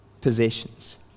possessions